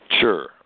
Sure